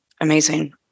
Amazing